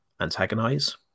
antagonize